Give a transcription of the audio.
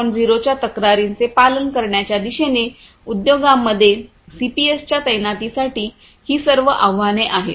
0 च्या तक्रारींचे पालन करण्याच्या दिशेने उद्योगांमध्ये सीपीएसच्या तैनातीसाठी ही सर्व आव्हाने आहेत